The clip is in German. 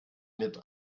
mit